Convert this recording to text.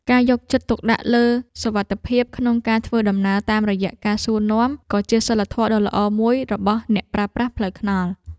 ការយកចិត្តទុកដាក់លើសុវត្ថិភាពក្នុងការធ្វើដំណើរតាមរយៈការសួរនាំ ក៏ជាសីលធម៌ដ៏ល្អមួយរបស់អ្នកប្រើប្រាស់ផ្លូវថ្នល់។